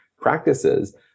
practices